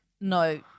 no